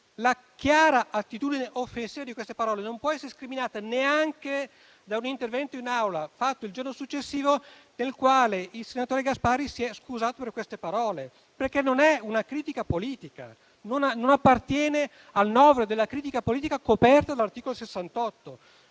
La chiara attitudine offensiva di tali parole non può essere scriminata neanche da un intervento in Aula del giorno successivo, nel quale il senatore Gasparri si è scusato. Esse non costituiscono una critica politica e dunque non appartengono al novero della critica politica coperta dall'articolo 68.